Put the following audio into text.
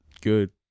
good